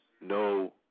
no